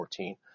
2014